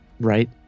right